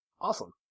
Awesome